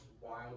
wild